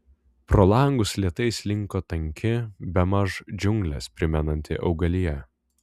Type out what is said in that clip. pro langus lėtai slinko tanki bemaž džiungles primenanti augalija